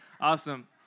awesome